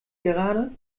gerade